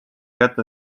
kätte